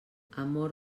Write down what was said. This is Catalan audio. amor